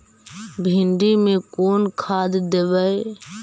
भिंडी में कोन खाद देबै?